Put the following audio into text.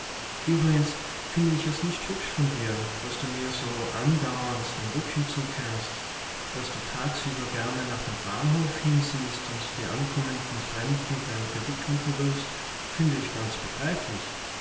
übrigens finde ich es nicht hübsch von dir daß du mir so andauernd den rücken zukehrst daß du tagsüber gerne nach dem bahnhof hinsiehst und die ankommenden fremden deiner kritik unterwirfst finde ich ganz begreiflich